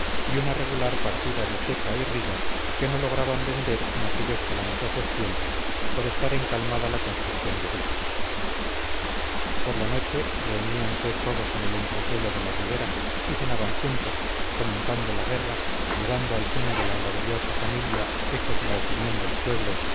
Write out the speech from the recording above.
y una regular partida de teca y riga que no lograban vender en aquellos calamitosos tiempos por estar encalmada la construcción de buques por la noche reuníanse todos en el entresuelo de la ribera y cenaban juntos comentando la guerra llevando al seno de la laboriosa familia ecos de la opinión del pueblo